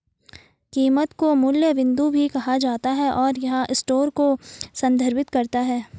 कीमत को मूल्य बिंदु भी कहा जाता है, और यह स्टोर को संदर्भित करता है